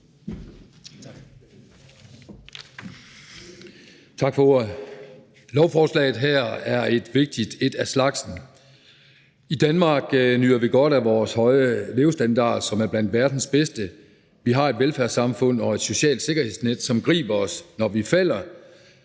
Tak for ordet. Lovforslaget her er et vigtigt et af slagsen. I Danmark nyder vi godt af vores høje levestandard, som er blandt verdens bedste. Vi har et velfærdssamfund og et socialt sikkerhedsnet, som griber os, når vi falder.